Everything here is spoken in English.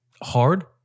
hard